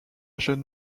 jeune